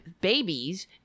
babies